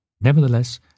Nevertheless